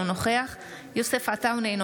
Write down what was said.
אינו נוכח יוסף עטאונה,